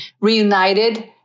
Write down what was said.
reunited